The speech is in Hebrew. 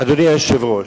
אדוני היושב-ראש,